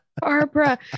Barbara